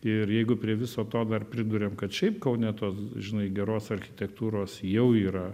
ir jeigu prie viso to dar priduriam kad šiaip kaune tos žinai geros architektūros jau yra